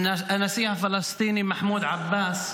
והנשיא הפלסטיני מחמוד עבאס,